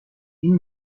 این